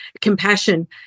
compassion